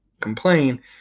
complain